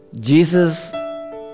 Jesus